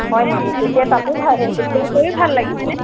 হয় নেকি তেতিয়া তাতো ভাল তেতিয়া গৈও ভাল লাগিব